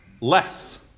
less